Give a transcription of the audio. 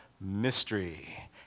mystery